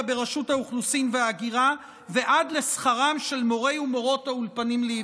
ברשות האוכלוסין וההגירה ועד לשכרם של מורי ומורות האולפנים לעברית.